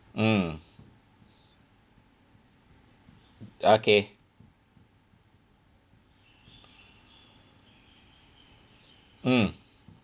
mm okay mm